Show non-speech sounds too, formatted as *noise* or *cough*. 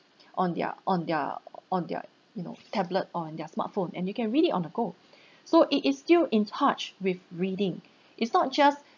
on their on their on their you know tablet or on their smartphone and you can read it on the go *breath* so it is still in touch with reading *breath* it's not just